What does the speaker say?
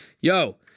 Yo